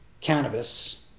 cannabis